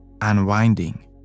unwinding